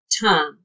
time